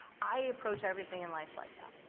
i approach everything in life like that.